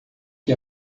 que